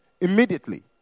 immediately